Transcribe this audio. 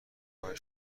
راه